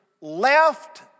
left